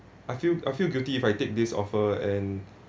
I feel I feel guilty if I take this offer and